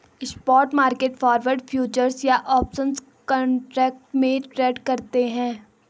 spot market forward, futures या options contract में trade करते हैं